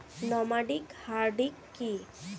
Nomadic hardy কি?